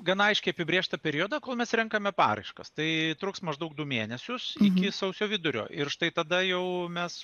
gana aiškiai apibrėžtą periodą kol mes renkame paraiškas tai truks maždaug du mėnesius iki sausio vidurio ir štai tada jau mes